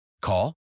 Call